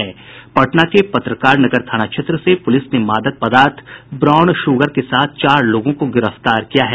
पटना के पत्रकार नगर थाना क्षेत्र से पुलिस ने मादक पदार्थ ब्राउन शुगर के साथ चार लोगों को गिरफ्तार किया है